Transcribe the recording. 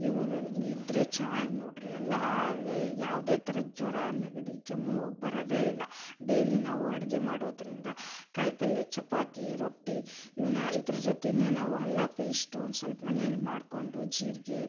ಇವರನ್ನ ಇದ್ದರೆ ಚೆನ್ನಾಗಿ ನೋಡಿರಿ ಎಲ್ಲ ಹಾಗೆ ಯಾವುದೇ ಥರ ಜ್ವರ ನೆಗಡಿ ಕೆಮ್ಮು ಬರೋದೇ ಇಲ್ಲ ಡೇಲಿ ನಾವು ಅಡುಗೆ ಮಾಡೋದರಿಂದ ಕಾಯಿ ಪಲ್ಲೆ ಚಪಾತಿ ರೊಟ್ಟಿ ಇವನ್ನ ಇದ್ರ ಜೊತೆನೆ ನಾವು ಹಲ್ಲ ಪೇಸ್ಟು ಒಂದು ಸ್ವಲ್ಪ ಮನೆಯಲ್ಲಿ ಮಾಡಿಕೊಂಡು ಜೀರಿಗೆ